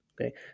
okay